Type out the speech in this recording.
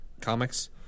comics